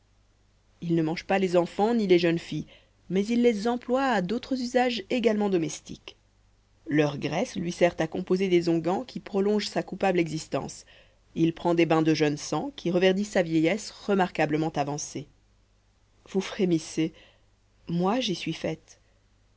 il ne mange pas les enfants ni les jeunes filles mais il les emploie à d'autres usages également domestiques leur graisse lui sert à composer des onguents qui prolongent sa coupable existence il prend des bains de jeune sang qui reverdissent sa vieillesse remarquablement avancée vous frémissez moi j'y suis faite